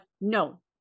no